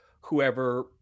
whoever